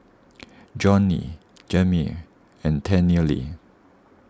Johney Jameel and Tennille